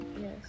Yes